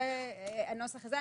אני